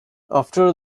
after